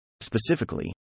Specifically